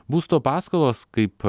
būsto paskolos kaip